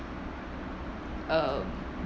um